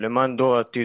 למען דור העתיד,